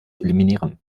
eliminieren